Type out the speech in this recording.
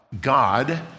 God